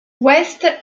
west